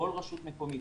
כל רשות מקומית